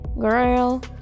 Girl